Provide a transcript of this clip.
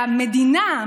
והמדינה,